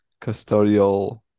custodial